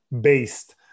based